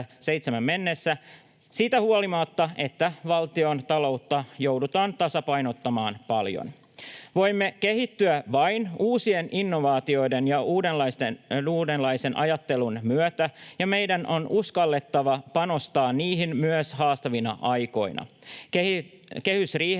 mennessä siitä huolimatta, että valtiontaloutta joudutaan tasapainottamaan paljon. Voimme kehittyä vain uusien innovaatioiden ja uudenlaisen ajattelun myötä, ja meidän on uskallettava panostaa niihin myös haastavina aikoina. Kehysriihessä